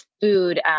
food